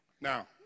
Now